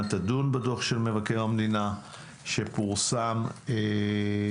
תדון בדוח של מבקר המדינה שפורסם במרץ.